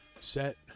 set